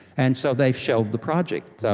and so they've shelved the project. so